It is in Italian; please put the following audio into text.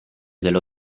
dello